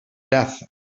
death